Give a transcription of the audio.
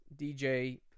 DJ